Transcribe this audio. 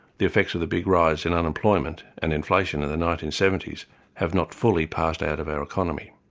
the effects of the big rise in unemployment and inflation in the nineteen seventy s have not fully passed out of our economy.